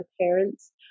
parents